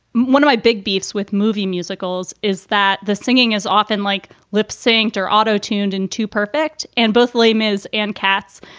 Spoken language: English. one of my big beefs with movie musicals is that the singing is often like lip sync or auto tuned in to perfect and both limas and cats.